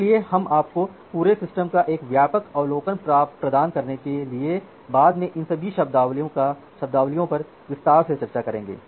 इसलिए हम आपको पूरे सिस्टम का एक व्यापक अवलोकन प्रदान करने के लिए बाद में इन सभी शब्दावली पर विस्तार से चर्चा करेंगे